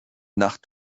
nach